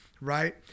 right